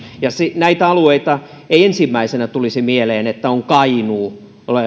ja näitä alueita ei ensimmäisenä tulisi mieleen ovat kainuu